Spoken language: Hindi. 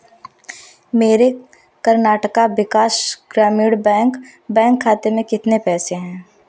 मेरे कर्नाटका विकास ग्रामीण बैंक बैंक खाते में कितने पैसे हैं